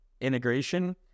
integration